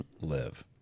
live